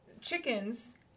chickens